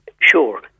Sure